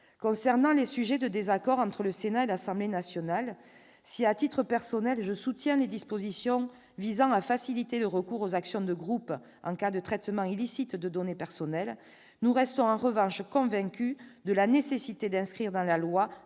Concernant les sujets de désaccord entre le Sénat et l'Assemblée nationale, si, à titre personnel, je soutiens les dispositions visant à faciliter le recours aux actions de groupe en cas de traitement illicite de données personnelles, nous restons en revanche convaincus de la nécessité d'inscrire dans la loi